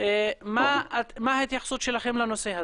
מה ההתייחסות שלכם לנושא הזה.